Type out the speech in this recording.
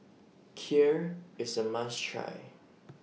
Kheer IS A must Try